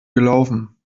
gelaufen